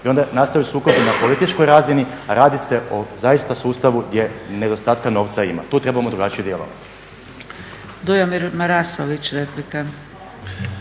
I onda nastaju sukobi na političkoj razini, a radi se o sustavu gdje zaista nedostatka novca ima, tu trebamo drugačije djelovati.